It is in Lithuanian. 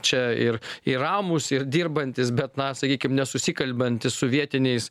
čia ir ir ramūs ir dirbantys bet na sakykim nesusikalbantys su vietiniais